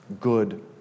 good